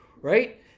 right